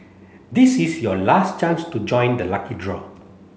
this is your last chance to join the lucky draw